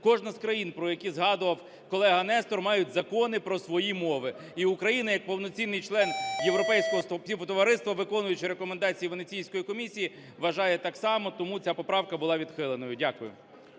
кожна з країн, про які згадував колега Нестор, мають закони про свої мови. І Україна як повноцінний член Європейського Співтовариства, виконуючи рекомендації Венеційської комісії, вважає так само, тому ця поправка була відхиленою. Дякую.